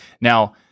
Now